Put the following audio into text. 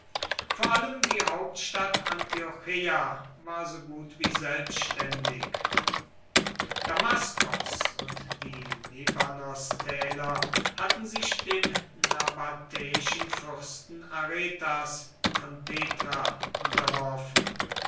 vor allem die hauptstadt antiocheia war so gut wie selbständig damaskos und die libanostäler hatten sich dem nabatäischen fürsten aretas von petra unterworfen